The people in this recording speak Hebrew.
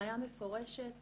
הנחיה מפורשת